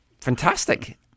fantastic